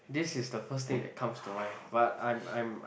this is the first thing that comes to mind but I'm I'm